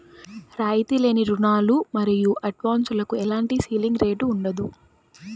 రాయితీ లేని రుణాలు మరియు అడ్వాన్సులకు ఎలాంటి సీలింగ్ రేటు ఉండదు